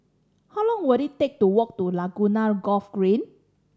how long will it take to walk to Laguna Golf Green